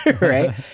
Right